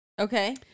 Okay